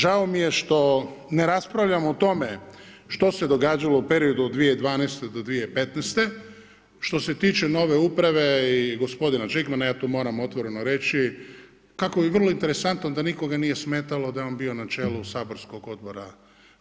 Žao mi je što ne raspravljamo o tome, što se događalo u periodu od 2012.-2015. što se tiče nove uprave i gospodina Žigmana, ja tu moram otvoreno reći, kako je vrlo interesantno da nikoga nije smetalo da je on bio na čelu saborskog odbora,